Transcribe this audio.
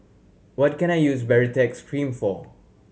what can I use Baritex Cream for